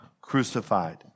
crucified